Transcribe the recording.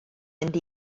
mynd